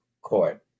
court